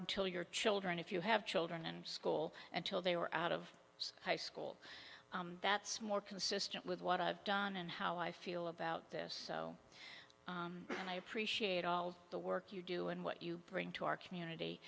until your children if you have children and school until they were out of high school that's more consistent with what i've done and how i feel about this so and i appreciate all the work you do and what you bring to our community